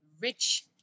rich